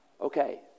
Okay